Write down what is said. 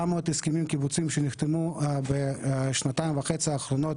700 הסכמים קיבוציים שנחתמו בשנתיים וחצי האחרונות